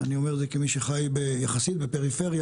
אני אומר את זה כמי שחי יחסית בפריפריה,